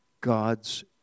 God's